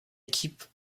équipe